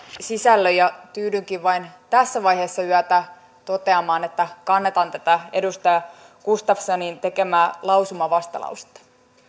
sisällön ja tyydynkin vain tässä vaiheessa yötä toteamaan että kannatan tätä edustaja gustafssonin tekemää lausumavastalausetta